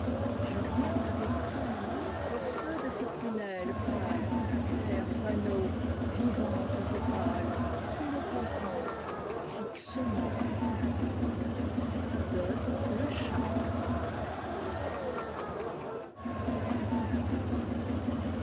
je vois avec eionnembotle feu de ses prunelles pâles clairs fanaux vivantes opales qui me contemplent fixement